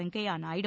Venkaiah Naidu